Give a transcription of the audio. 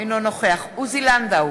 אינו נוכח עוזי לנדאו,